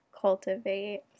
cultivate